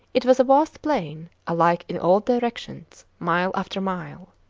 it was a vast plain, alike in all directions, mile after mile.